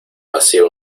hacia